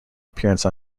appearance